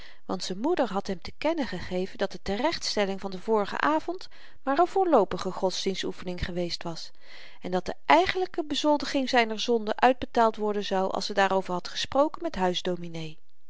want z'n moeder had hem te kennen gegeven dat de terechtstelling van den vorigen avend maar n voorloopige godsdienstoefening geweest was en dat de eigenlyke bezoldiging zyner zonde uitbetaald worden zou als ze daarover had gesproken met